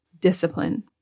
discipline